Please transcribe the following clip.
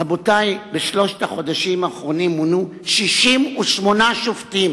רבותי, בשלושת החודשים האחרונים מונו 68 שופטים